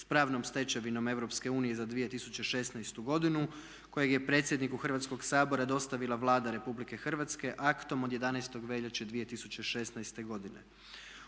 pravnom stečevinom Europske unije za 2016. godinu kojeg je predsjedniku Hrvatskoga sabora dostavila Vlada Republike Hrvatske aktom od 11. veljače 2016. godine.